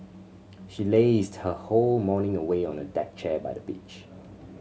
she lazed her whole morning away on a deck chair by the beach